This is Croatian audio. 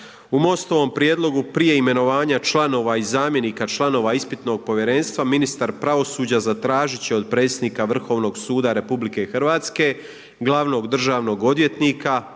U Mostovom prijedlogu prije imenovanja članova i zamjenika članova ispitnog povjerenstva ministar pravosuđa zatražit će od predsjednika Vrhovnog suda RH, glavnog državnog odvjetnika,